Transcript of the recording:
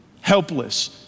Helpless